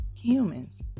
humans